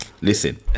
listen